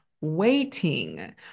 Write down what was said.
waiting